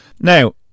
Now